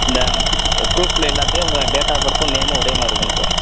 இந்த ப்ரூஃபில் எல்லாத்துலையும் உங்கள் டேட் ஆஃப் பர்த்தும் நேமும் ஒரே மாதிரி இருக்கணும் சார்